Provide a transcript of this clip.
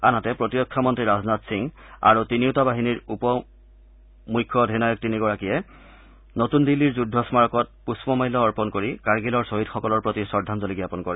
আনহাতে প্ৰতিৰক্ষা মন্ত্ৰী ৰাজনাথ সিং আৰু তিনিওটা বাহিনীৰ উপ মুখ্যাধিনায়ক তিনিগৰাকীয়ে নতুন দিল্লীৰ যুদ্ধস্মাৰকত পুষ্পমাল্য অৰ্গণ কৰি কাৰ্গিলৰ শ্বহীদসকলৰ প্ৰতি শ্ৰদ্দাঙ্গলি জাপন কৰে